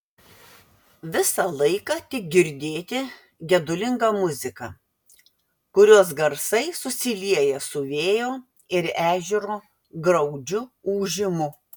visą laiką tik girdėti gedulinga muzika kurios garsai susilieja su vėjo ir ežero graudžiu ūžimu